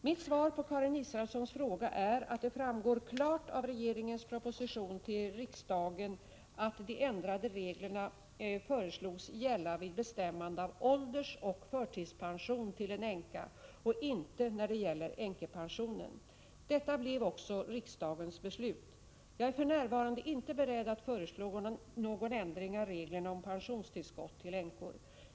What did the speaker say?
Mitt svar på Karin Israelssons fråga är att det framgår klart av regeringens proposition till riksdagen att de ändrade reglerna föreslogs gälla vid bestämmande av åldersoch förtidspension till en änka och inte när det gällde änkepensionen. Detta blev också riksdagens beslut. Jag är för närvarande inte beredd att föreslå någon ändring av reglerna om pensionstillskott till änkor.